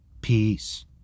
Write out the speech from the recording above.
Peace